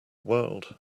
world